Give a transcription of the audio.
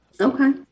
Okay